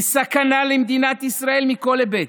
היא סכנה למדינת ישראל מכל היבט,